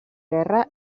guerra